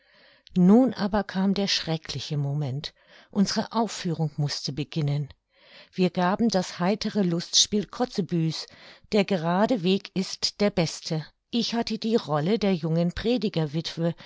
nun aber kam der schreckliche moment unsere aufführung mußte beginnen wir gaben das heitere lustspiel kotzebue's der gerade weg ist der beste ich hatte die rolle der jungen